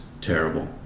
terrible